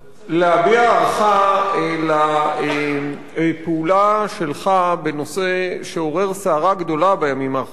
להביע הערכה על הפעולה שלך בנושא שעורר סערה גדולה בימים האחרונים,